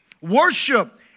Worship